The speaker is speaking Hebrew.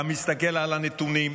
אתה מסתכל על הנתונים,